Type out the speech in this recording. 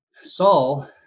Saul